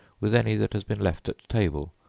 with any that has been left at table,